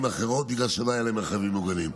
אחרות בגלל שלא היו להם מרחבים מוגנים.